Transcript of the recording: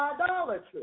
idolatry